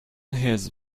his